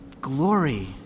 glory